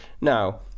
now